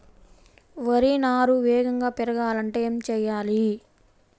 వరి నారు వేగంగా పెరగాలంటే ఏమి చెయ్యాలి?